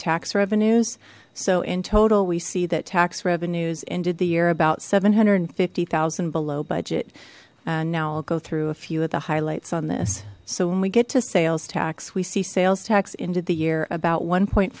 tax revenues so in total we see that tax revenues ended the year about seven hundred and fifty zero below budget now i'll go through a few of the highlights on this so when we get to sales tax we see sales tax end of the year about one